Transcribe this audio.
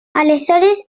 aleshores